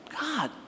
God